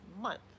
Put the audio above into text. month